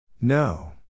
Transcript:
No